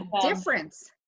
difference